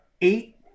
eight